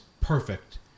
perfect